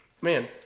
man